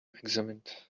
examined